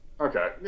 Okay